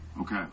Okay